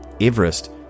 Everest